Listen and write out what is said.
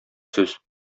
сүз